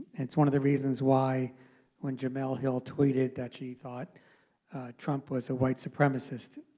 it's one of the reasons why when jemele hill tweeted that she thought trump was a white supremacist